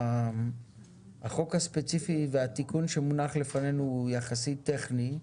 החוק הספציפי והתיקון שמונח בפנינו הוא יחסית טכני.